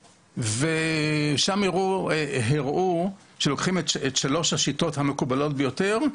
ושם הראו שלוקחים את שלוש השיטות המקובלות ביותר,